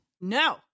No